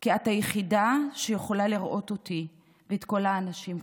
כי את היחידה שיכולה לראות אותי ואת כל האנשים כמוני.